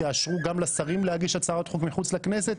תאשרו גם לשרים להגיש הצעת חוק מחוץ לכנסת,